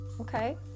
Okay